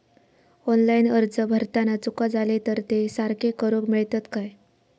Online अर्ज भरताना चुका जाले तर ते सारके करुक मेळतत काय?